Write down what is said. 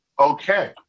Okay